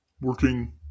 working